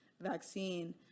vaccine